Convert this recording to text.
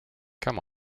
come